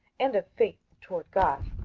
and of faith toward god,